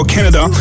Canada